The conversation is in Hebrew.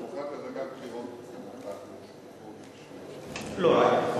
דמוקרטיה זה גם בחירות דמוקרטיות, לא רק.